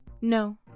No